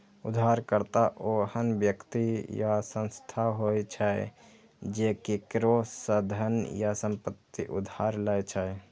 उधारकर्ता ओहन व्यक्ति या संस्था होइ छै, जे केकरो सं धन या संपत्ति उधार लै छै